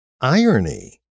irony